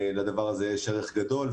קודם כל,